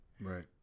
Right